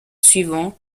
suivant